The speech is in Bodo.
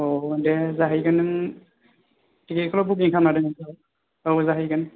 आव दे जाहैगोन नों बेखौल' बुकिं खालामना हैदो